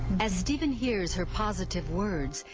as steven hears her positive words,